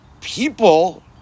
people